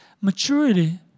Maturity